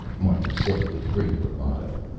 martin said, with great bravado.